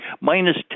minus